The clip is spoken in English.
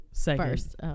first